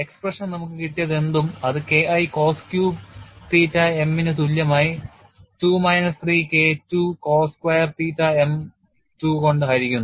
expression നമുക്ക് കിട്ടിയതെന്തും അത് K I cos cube theta M ന് തുല്യമായി 2 minus 3 K II cos square theta M 2 കൊണ്ട് ഹരിക്കുന്നു